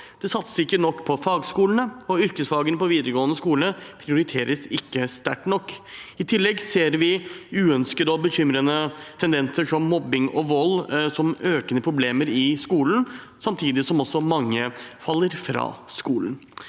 Det satses ikke nok på fagskolene, og yrkesfagene på videregående skole prioriteres ikke sterkt nok. I tillegg ser vi uønskede og bekymrende tendenser som mobbing og vold som økende problemer i skolen, samtidig som mange faller fra.